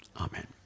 amen